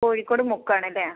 Kozhikode മുക്കവാണല്ലേ